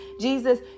Jesus